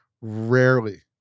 rarely